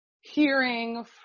hearing